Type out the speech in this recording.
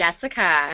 Jessica